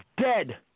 dead